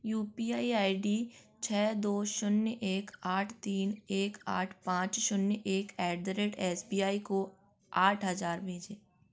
you P I I D छ दो शून्य एक आठ तीन एक आठ पाँच जीरो एक at the rate S B I को आठ शून्य शून्य शून्य भेजें